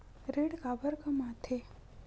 ऋण काबर कम आथे?